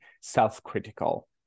self-critical